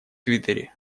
твиттере